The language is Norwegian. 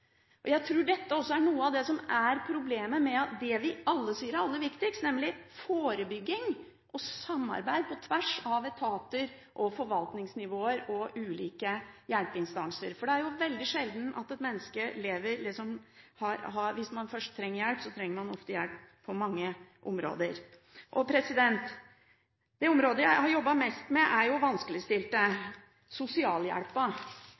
Jeg tror dette også er noe av problemet med det vi alle sier er aller viktigst, nemlig forebygging og samarbeid på tvers av etater, forvaltningsnivåer og ulike hjelpeinstanser, for hvis man først trenger hjelp, trenger man ofte hjelp på mange områder. Det området jeg har jobbet mest med, er